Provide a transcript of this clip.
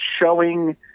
showing